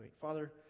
Father